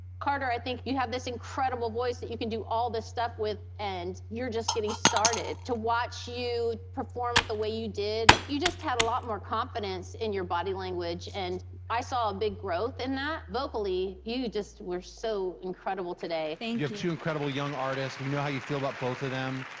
carter, i think you have this incredible voice that you can do all this stuff with, and you're just getting started. to watch you perform the way you did, you just had a lot more confidence in your body language, and i saw a big growth in that. vocally, you just were so incredible today. two incredible young artists. we know how you feel about both of them.